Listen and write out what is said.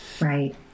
Right